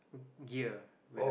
gear with a